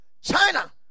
China